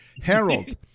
Harold